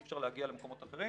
אי אפשר להגיע למקומות אחרים